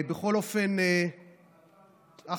בכל אופן, הראשונה.